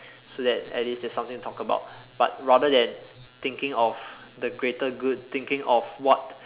so that at least there is something talk about but rather than thinking of the greater good thinking of what